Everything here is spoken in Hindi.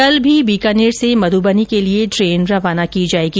कल भी बीकानेर से मध्यबनी के लिए ट्रेन रवाना की जायेगी